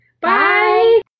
Bye